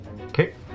Okay